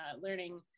learning